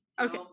Okay